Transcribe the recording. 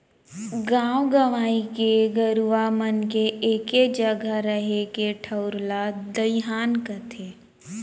गॉंव गंवई के गरूवा मन के एके जघा रहें के ठउर ला दइहान कथें